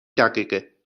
دقیقه